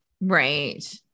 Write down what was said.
Right